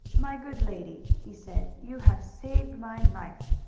my good lady, he said, you have saved my life.